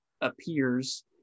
appears